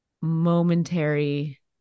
momentary